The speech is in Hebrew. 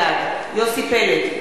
בעד יוסי פלד,